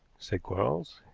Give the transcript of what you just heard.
said quarles.